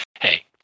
hey